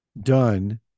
done